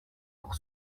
pour